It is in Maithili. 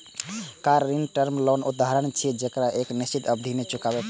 कार ऋण टर्म लोन के उदाहरण छियै, जेकरा एक निश्चित अवधि मे चुकबै पड़ै छै